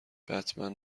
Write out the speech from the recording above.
بتمن